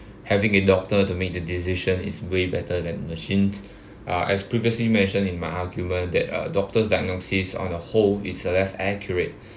having a doctor to make the decision is way better than machines uh as previously mentioned in my argument that uh doctors diagnosis on a whole is uh less accurate